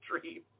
dream